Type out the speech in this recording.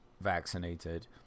vaccinated